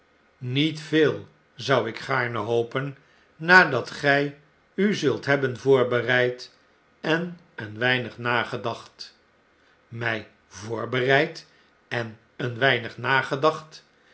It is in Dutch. niet veel zou ik gaarne hopen nadat gy u zult hebben voorbereid en een weinignagedacht my voorbereid en een weinig